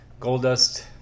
Goldust